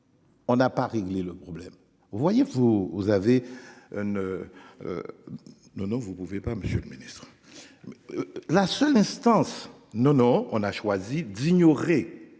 On n'a pas réglé le problème. Vous voyez, vous avez. Ne. Non, non vous ne pouvez pas Monsieur le Ministre. La seule instance non non on a choisi d'ignorer.